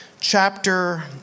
chapter